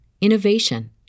innovation